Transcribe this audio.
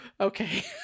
okay